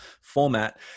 format